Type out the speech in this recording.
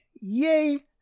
yay